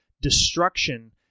destruction